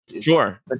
Sure